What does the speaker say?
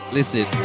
Listen